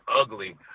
ugly